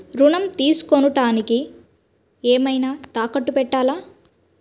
ఋణం తీసుకొనుటానికి ఏమైనా తాకట్టు పెట్టాలా?